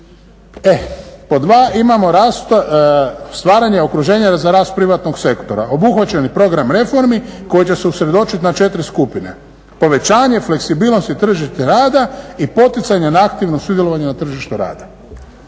E pod 2 imamo stvaranje okruženja za rast privatnog sektora, obuhvaćeni program reformi koji će se usredotočit na četiri skupine, povećanje fleksibilnosti tržišta rada i poticanje na aktivno sudjelovanje na tržištu rada.